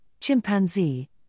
chimpanzee